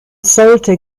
sollte